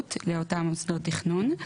החקלאות לאותם מוסדות תכנון.